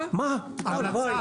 הלוואי,